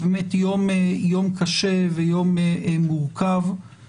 באמת יום קשה ויום מורכב.